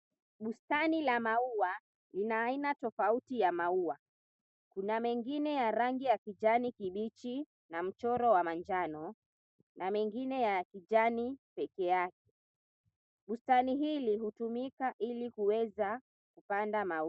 Bustani la maua lina aina tofauti ya maua, kuna mengine ya rangi ya kijani kibichi na mchoro wa manjano na mengine ya kijani pekee yake. Bustani hili hutumika ili kuweza kupanda maua.